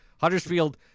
Huddersfield